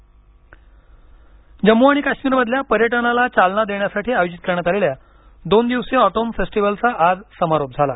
जम्म काश्मीर पर्यटन फेस्टिव्हल जम्मू आणि काश्मीर मधल्या पर्यटनाला चालना देण्यासाठी आयोजित करण्यात आलेल्या दोन दिवसीय ऑटोम फेस्टिव्हलचा आज समारोप झाला